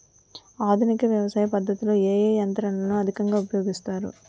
ఆధునిక వ్యవసయ పద్ధతిలో ఏ ఏ యంత్రాలు అధికంగా ఉపయోగిస్తారు?